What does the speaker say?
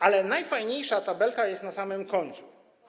Ale najfajniejsza tabelka jest na samym końcu.